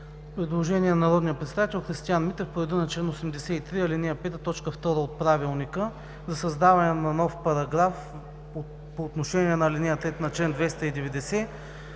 Предложение от народния представител Христиан Митев по реда на чл. 83, ал. 5, т. 2 от Правилника за създаване на нов параграф по отношение на ал. 3 на чл. 290.